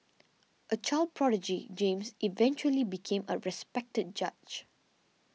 a child prodigy James eventually became a respected judge